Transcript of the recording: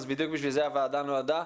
בדיוק בשביל זה הוועדה נועדה,